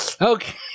Okay